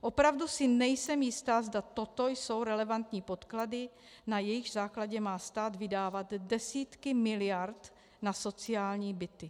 Opravdu si nejsem jistá, zda toto jsou relevantní podklady, na jejichž základě má stát vydávat desítky miliard na sociální byty.